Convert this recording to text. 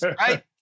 Right